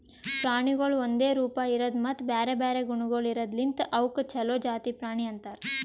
ಪ್ರಾಣಿಗೊಳ್ ಒಂದೆ ರೂಪ, ಇರದು ಮತ್ತ ಬ್ಯಾರೆ ಬ್ಯಾರೆ ಗುಣಗೊಳ್ ಇರದ್ ಲಿಂತ್ ಅವುಕ್ ಛಲೋ ಜಾತಿ ಪ್ರಾಣಿ ಅಂತರ್